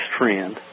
trend